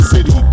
City